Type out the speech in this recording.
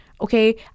Okay